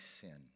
sin